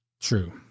True